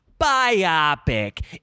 Biopic